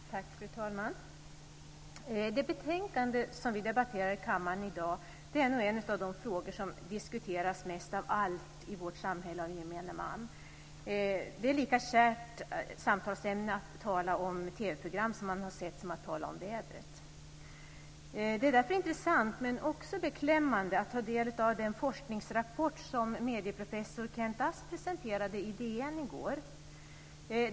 Fru talman! Det betänkande som vi debatterar i kammaren i dag gäller en av de frågor som nog diskuteras mest av allt i vårt samhälle av gemene man. Det är ett lika kärt samtalsämne att tala om TV program som man har sett som att tala om vädret. Det är därför intressant men också beklämmande att ta del av den forskningsrapport som medieprofessor Kent Asp presenterade i DN i går.